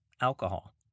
alcohol